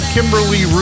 Kimberly